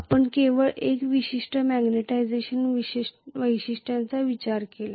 आपण केवळ एका विशिष्ट मॅग्निटायझेशन वैशिष्ट्यांचा विचार केला